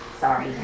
Sorry